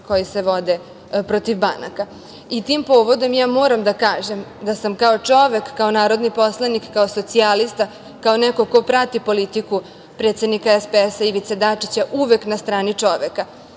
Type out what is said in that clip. koji se vode protiv banaka. Tim povodom ja moram da kažem da sam kao čovek, kao narodni poslanik, kao socijalista, kao neko ko prati politiku predsednika SPS, Ivice Dačića, uvek na strani čoveka,